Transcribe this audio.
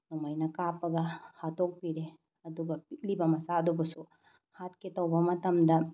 ꯅꯣꯡꯃꯩꯅ ꯀꯥꯞꯄꯒ ꯍꯥꯠꯇꯣꯛꯄꯤꯔꯦ ꯑꯗꯨꯒ ꯄꯤꯛꯂꯤꯕ ꯄꯤꯛꯂꯤꯕ ꯃꯆꯥꯗꯨꯕꯨꯁꯨ ꯍꯥꯠꯀꯦ ꯇꯧꯕ ꯃꯇꯝꯗ